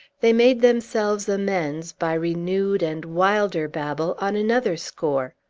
they made themselves amends by renewed and wilder babble on another score.